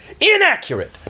inaccurate